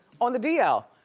on the d l.